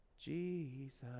Jesus